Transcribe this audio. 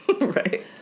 Right